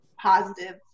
positive